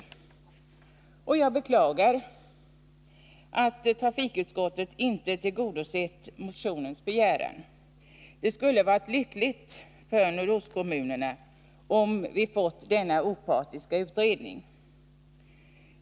Jag beklagar att trafikutskottet inte tillgodosett motionens begäran. Det skulle ha varit lyckligt för nordostkommunerna om vi fått denna opartiska utredning.